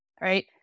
right